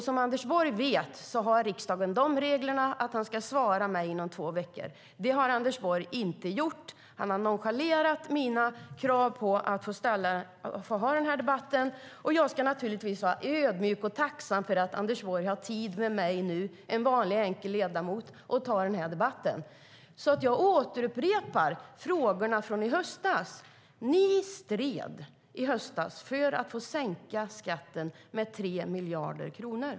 Som Anders Borg vet har riksdagen regler om att han ska svara mig inom två veckor. Det har Anders Borg inte gjort. Han har nonchalerat mina krav på att få ha den här debatten. Och jag ska naturligtvis vara ödmjuk och tacksam nu för att Anders Borg har tid med mig, en vanlig enkel ledamot, och tar den här debatten. Jag upprepar frågorna från i höstas. Ni stred i höstas för att få sänka skatterna med ytterligare 3 miljarder kronor.